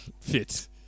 fit